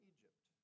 Egypt